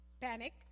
panic